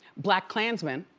black klansman.